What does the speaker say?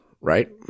right